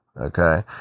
Okay